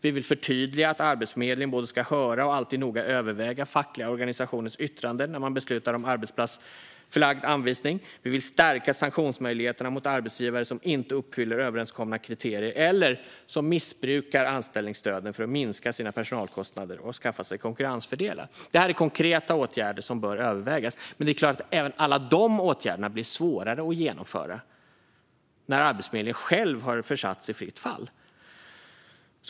Vi vill förtydliga att Arbetsförmedlingen både ska höra och alltid noga överväga fackliga organisationers yttranden när man beslutar om arbetsplatsförlagd anvisning. Vi vill stärka sanktionsmöjligheterna mot arbetsgivare som inte uppfyller överenskomna kriterier eller som missbrukar anställningsstöden för att minska sina personalkostnader och skaffa sig konkurrensfördelar. Detta är konkreta åtgärder som bör övervägas. Men det är klart att alla de åtgärderna blir svårare att genomföra när Arbetsförmedlingen själv har försatt sig i fritt fall.